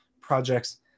projects